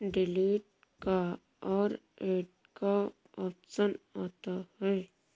delete का और add का ऑप्शन आता है